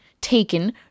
taken